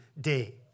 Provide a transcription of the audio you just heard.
day